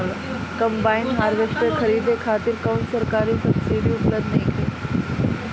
Combine harvester खरीदे खातिर कउनो सरकारी सब्सीडी उपलब्ध नइखे?